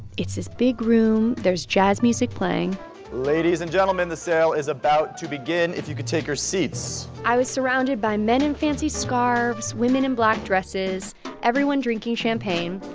it's this big room. there's jazz music playing ladies and gentlemen, the sale is about to begin if you could take your seats i was surrounded by men in fancy scarves, women in black dresses everyone drinking champagne.